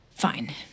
Fine